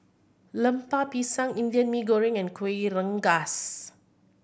Lemper Pisang Indian Mee Goreng and Kueh Rengas